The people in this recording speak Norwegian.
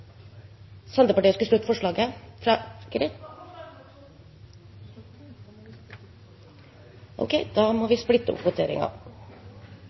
Senterpartiet skal støtte forslaga nr. 2 og 6. Ok. Da må vi splitte opp